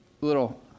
little